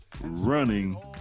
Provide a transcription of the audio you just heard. running